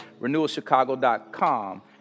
RenewalChicago.com